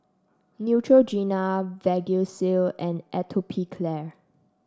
Neutrogena Vagisil and Atopiclair